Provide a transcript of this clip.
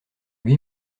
lui